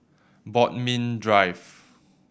Bodmin Drive